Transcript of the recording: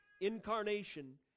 incarnation